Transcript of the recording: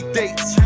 dates